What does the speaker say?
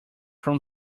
from